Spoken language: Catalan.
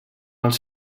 els